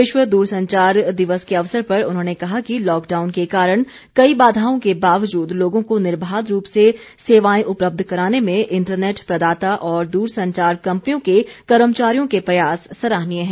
विश्व दूरसंचार दिवस के अवसर पर उन्होंने कहा है कि लॉकडाउन के कारण कई बाधाओं के बावजूद लोगों को निर्बाध रूप से सेवाएं उपलब्ध कराने में इंटरनेट प्रदाता और दूरसंचार कंपनियों के कर्मचारियों के प्रयास सराहनीय हैं